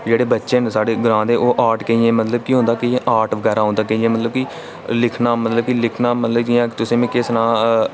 जेह्ड़े साढ़े बच्चे न ओह् आर्ट दे मतलब कि केह् होंदा आर्ट दे लिखना मतलब कि जि'यां लिखना की तुसेंगी में केह् सनांऽ